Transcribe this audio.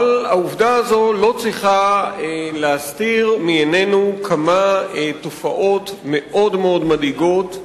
אבל העובדה הזאת לא צריכה להסתיר מעינינו כמה תופעות מאוד מאוד מדאיגות,